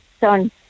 son